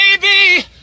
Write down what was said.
baby